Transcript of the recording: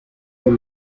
por